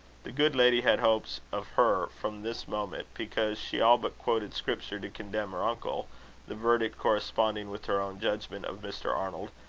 the good lady had hopes of her from this moment, because she all but quoted scripture to condemn her uncle the verdict corresponding with her own judgment of mr. arnold,